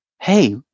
hey